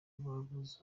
bavuza